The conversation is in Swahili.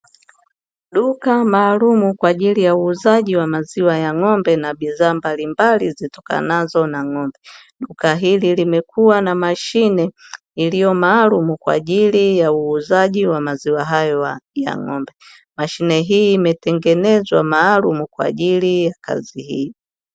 Duka maalumu kwa ajili ya maziwa ya ng'ombe na bidhaa mbalimbali zitokanazo na ng'ombe. Duka hili limekuwa na mashine iliyo maalumu kwa ajili ya uuzaji wa maziwa hayo ya ng'ombe; mashine hii imetengenezwa maalumu kwa ajili ya kazi hii.